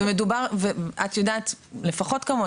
ואת יודעת לפחות כמוני,